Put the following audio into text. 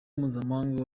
mpuzamahanga